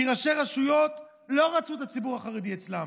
כי ראשי רשויות לא רצו את הציבור החרדי אצלם,